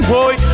Boy